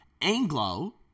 Anglo